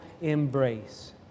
embrace